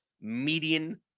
median